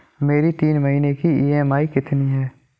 मेरी तीन महीने की ईएमआई कितनी है?